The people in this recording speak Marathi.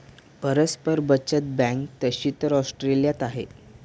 परस्पर बचत बँक तशी तर ऑस्ट्रेलियात आहे